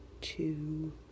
Two